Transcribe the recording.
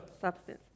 substance